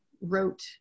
wrote